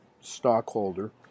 stockholder